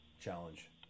Challenge